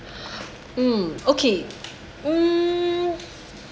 mm okay um